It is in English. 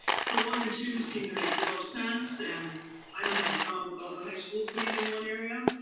so one and two seem to make the most sense, sense, and i don't have a problem with all the high schools being in one area.